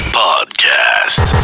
podcast